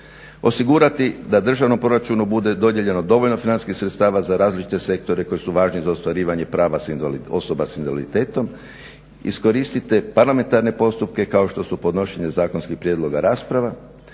osigurati da državnom proračunu bude dodijeljeno dovoljno financijskih sredstava za različite sektore koji su važni za ostvarivanje prava osoba s invaliditetom. Iskoristite parlamentarne postupke kao što su podnošenje zakonskih prijedloga rasprava,